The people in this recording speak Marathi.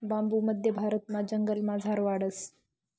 बांबू मध्य भारतमा जंगलमझार वाढस